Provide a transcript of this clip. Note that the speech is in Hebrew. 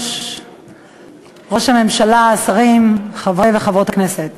בהם צריכים לעסוק, ולא בחרדים,